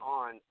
on